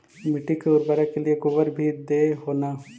मिट्टी के उर्बरक के लिये गोबर भी दे हो न?